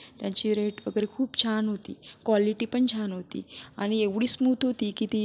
त्यांचे रेट वगैरे खूप छान होते क्वॉलिटीपण छान होती आणि एवढी स्मूथ होती की ती